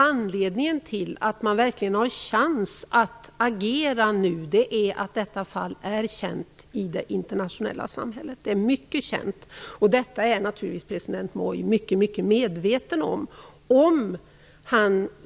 Anledningen till att det verkligen finns chans att agera nu är att detta fall är känt i det internationella samhället. Det är mycket känt, och detta är naturligtvis president Moi mycket mycket medveten om.